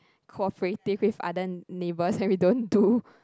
cognitively are then neighbors and we don't do